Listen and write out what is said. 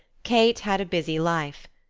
kate had a busy life.